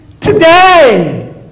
today